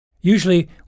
Usually